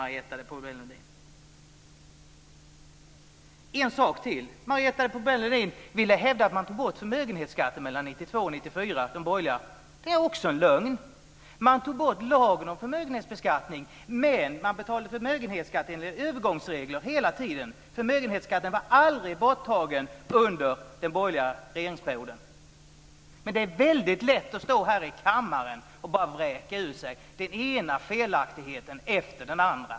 Jag ska ta upp en sak till. Marietta de Pourbaix Lundin ville hävda att de borgerliga tog bort förmögenhetsskatten mellan 1992 och 1994. Det är också en lögn! De tog bort lagen om förmögenhetsbeskattning, men man betalade förmögenhetsskatt enligt övergångsregler hela tiden. Förmögenhetsskatten var aldrig borttagen under den borgerliga regeringsperioden. Det är väldigt lätt att stå här i kammaren och bara vräka ur sig den ena felaktigheten efter den andra.